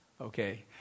Okay